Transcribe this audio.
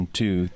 two